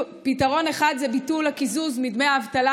פתרון אחד זה ביטול הקיזוז מדמי האבטלה,